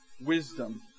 wisdom